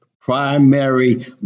primary